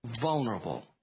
vulnerable